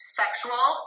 sexual